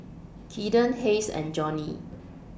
Kaeden Hays and Johny